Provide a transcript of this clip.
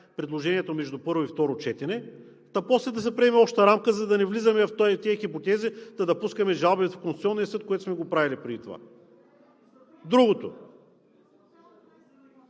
предложението между първо и второ четене. После да се приеме общата рамка, за да не влизаме в тези хипотези – да пускаме жалби в Конституционния съд, което сме правили и преди.